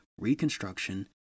Reconstruction